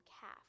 calf